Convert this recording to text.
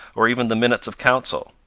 or even the minutes of council.